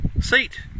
seat